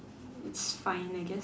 it's fine I guess